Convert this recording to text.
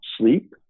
sleep